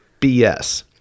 BS